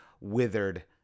withered